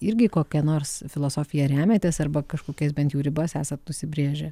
irgi kokia nors filosofija remiatės arba kažkokias bent jau ribas esat nusibrėžę